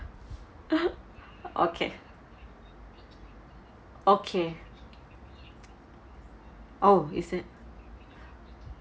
okay okay oh is it